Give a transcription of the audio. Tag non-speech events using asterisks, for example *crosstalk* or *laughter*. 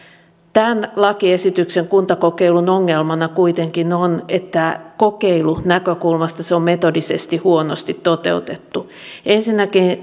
tämän lakiesityksen kuntakokeilun ongelmana kuitenkin on että kokeilunäkökulmasta se on metodisesti huonosti toteutettu ensinnäkin *unintelligible*